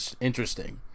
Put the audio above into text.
interesting